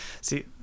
See